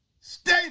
stay